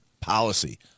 policy